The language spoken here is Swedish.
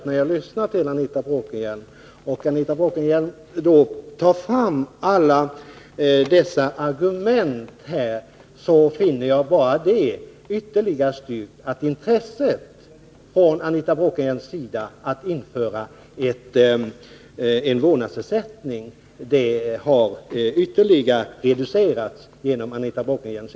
När Anita Bråkenhielm tar fram alla dessa argument här ger det mig intrycket att hennes intresse för att införa vårdnadsersättning har ytterligare reducerats.